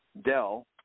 Dell